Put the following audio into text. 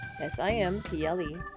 S-I-M-P-L-E